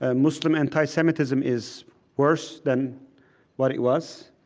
ah muslim anti-semitism is worse than what it was,